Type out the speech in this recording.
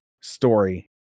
story